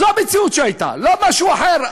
זאת המציאות שהייתה, לא משהו אחר.